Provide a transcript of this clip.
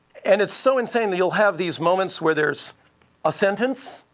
and it's so insane that you'll have these moments where there's a sentence,